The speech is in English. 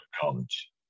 college